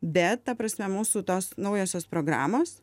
bet ta prasme mūsų tos naujosios programos